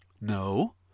No